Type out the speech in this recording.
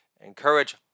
encourage